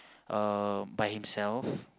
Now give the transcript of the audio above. uh by himself